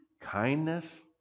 kindness